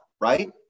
right